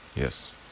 Yes